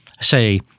Say